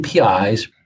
APIs